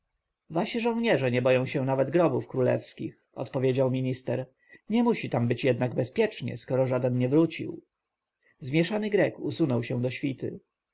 wasi żołnierze nie boją się nawet grobów królewskich odpowiedział minister nie musi tam być jednak bezpiecznie skoro żaden nie wrócił zmieszany grek usunął się do świty